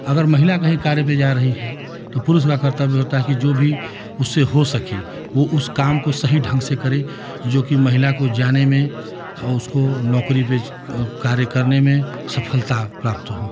अगर महिला कहीं कार्य पर जा रही है तो पुरुष का कर्तव्य होता है कि जो भी उससे हो सके वो उस काम को सही ढंग से करे जो कि महिला को जाने में और उसको अ नौकरी पर कार्य करने में सफलता प्राप्त हो